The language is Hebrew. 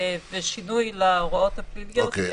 ושינוי להוראות הפליליות --- אוקיי.